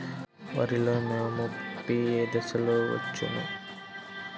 వరిలో మోము పిప్పి ఏ దశలో వచ్చును?